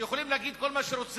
שהם יכולים להגיד שם כל מה שהם רוצים,